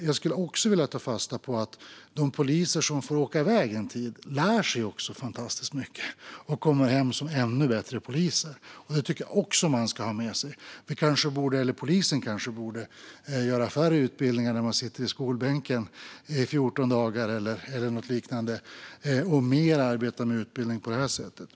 Jag skulle också vilja ta fasta på att de poliser som får åka iväg en tid lär sig fantastiskt mycket och kommer hem som ännu bättre poliser. Det tycker jag också att man ska ha med sig. Polisen kanske borde ha färre utbildningar där man sitter i skolbänken i 14 dagar eller liknande och mer arbeta med utbildning på detta sätt.